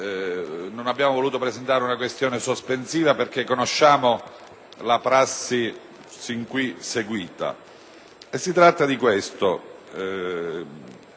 non abbiamo voluto presentare una questione sospensiva perché conosciamo la prassi sin qui seguita. Si tratta di questo.